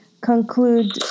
conclude